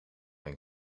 een